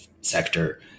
sector